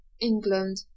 England